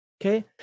Okay